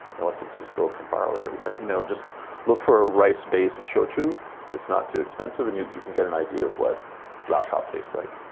unless it's distilled from barley or you know just look for a rice-based shochu that's not too expensive, and you you can get an idea of what lao khao tastes like.